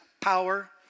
Power